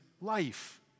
life